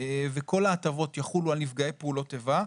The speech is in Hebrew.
וכל ההטבות יחולו על נפגעי פעולות איבה.